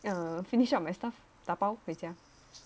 ya finish up my stuff 打包回家